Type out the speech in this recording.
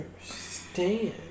understand